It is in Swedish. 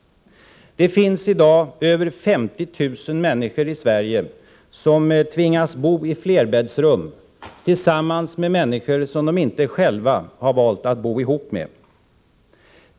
Det finns i dag över 50 000 människor i Sverige som tvingas bo i flerbäddsrum tillsammans med människor som de inte själva har valt att bo ihop med.